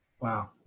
Wow